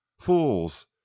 Fools